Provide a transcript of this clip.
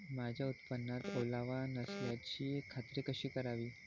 माझ्या उत्पादनात ओलावा नसल्याची खात्री कशी करावी?